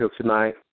tonight